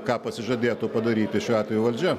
ką pasižadėtų padaryti šiuo atveju valdžia